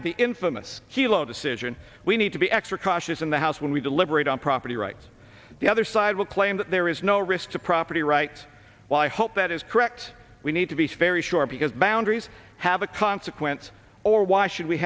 the infamous hilo decision we need to be extra cautious in the house when we deliberate on property rights the other side will claim that there is no risk to property rights well i hope that is correct we need to be very sure because boundaries have a consequence or why should we